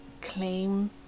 claim